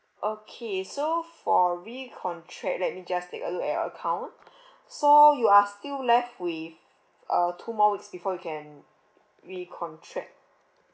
okay so for recontract let me just take a look at your account so you are still left with uh two more weeks before you can recontract